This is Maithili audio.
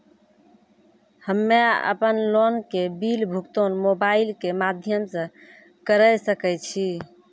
हम्मे अपन लोन के बिल भुगतान मोबाइल के माध्यम से करऽ सके छी?